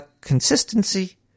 consistency